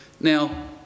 Now